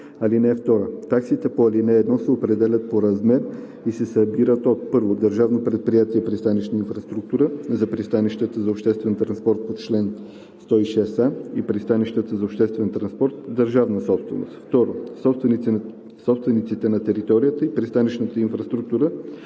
(2) Таксите по ал. 1 се определят по размер и се събират от: 1. Държавно предприятие „Пристанищна инфраструктура“ – за пристанищата за обществен транспорт по чл. 106а и за пристанищата за обществен транспорт – държавна собственост; 2. собствениците на територията и пристанищната инфраструктура